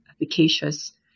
efficacious